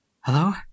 Hello